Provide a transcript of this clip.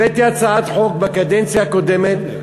הבאתי הצעת חוק בקדנציה הקודמת,